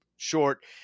Short